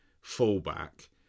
fullback